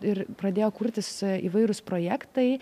ir pradėjo kurtis įvairūs projektai